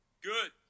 Good